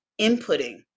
inputting